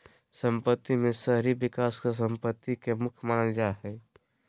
सम्पत्ति में शहरी विकास के सम्पत्ति के मुख्य मानल जा हइ